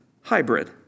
hybrid